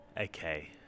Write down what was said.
Okay